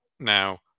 Now